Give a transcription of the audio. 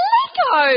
Lego